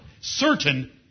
certain